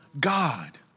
God